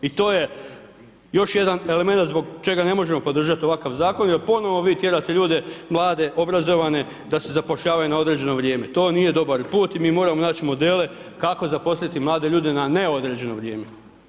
I to je još jedan elemenat zbog čega ne možemo podržat ovakav zakon jer ponovo vi tjerate ljude mlade, obrazovane da se zapošljavaju na određeno vrijeme, to nije dobar put i mi moramo nać modele kako zaposliti mlade ljude na neodređeno vrijeme.